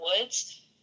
woods